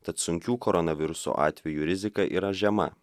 tad sunkių koronaviruso atvejų rizika yra žema